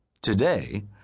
Today